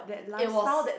it was